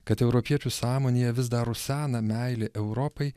kad europiečių sąmonėje vis dar rusena meilė europai